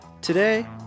Today